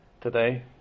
today